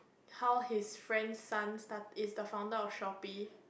how his friend's son start~ is the founder of Shopee